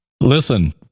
Listen